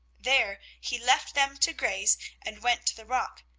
there he left them to graze and went to the rock.